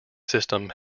system